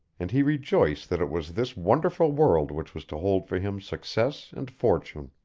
and he rejoiced that it was this wonderful world which was to hold for him success and fortune.